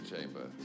chamber